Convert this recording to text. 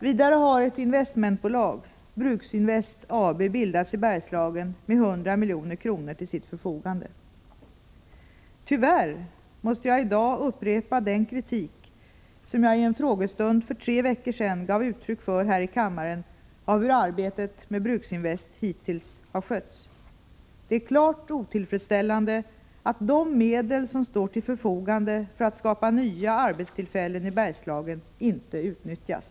Vidare har ett investmentbolag — Bruksinvest AB -— bildats i Bergslagen med 100 milj.kr. till sitt förfogande. Tyvärr måste jag i dag upprepa den kritik som jag i en frågestund för tre veckor sedan gav uttryck för här i kammaren av hur arbetet med Bruksinvest hittills har skötts. Det är klart otillfredsställande att de medel som står till förfogande för att skapa nya arbetstillfällen i Bergslagen inte utnyttjas.